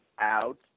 out